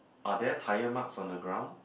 are there tire marks on the ground